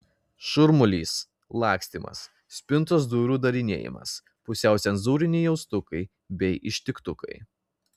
šurmulys lakstymas spintos durų darinėjimas pusiau cenzūriniai jaustukai bei ištiktukai